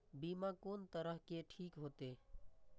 बीमा कोन तरह के ठीक होते?